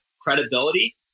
credibility